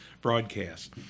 broadcast